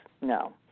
no